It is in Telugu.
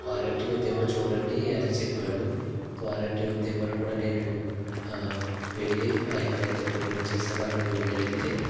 వారంటి ఉందేమో చూడండి అని చెప్పాడు వారంటీ ఉందేమో అని నేను వెళ్ళి ఆ ఎక్కడైతే కొనుగోలు చేశానో అక్కడికి వెళ్ళి అడిగితే